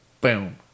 Boom